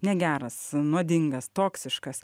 negeras nuodingas toksiškas